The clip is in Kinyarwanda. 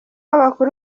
abakuru